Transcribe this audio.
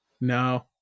No